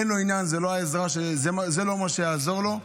אין לו עניין, זה לא מה שיעזור לו.